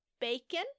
bacon